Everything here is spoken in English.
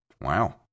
Wow